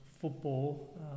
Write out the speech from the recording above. football